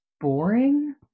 boring